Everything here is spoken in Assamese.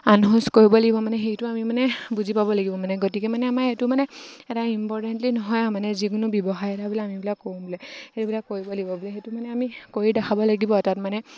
আনহোজ কৰিব লাগিব মানে সেইটো আমি মানে বুজি পাব লাগিব মানে গতিকে মানে আমাৰ এইটো মানে এটা ইম্পৰ্টেণ্টলি নহয় আৰু মানে যিকোনো ব্যৱসায় এটা বোলে আমিবিলাক কৰোঁ বোলে সেইবিলাক কৰিব লাগিব বোলে সেইটো মানে আমি কৰি দেখাব লাগিব তাত মানে